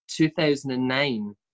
2009